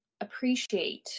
appreciate